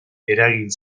eragin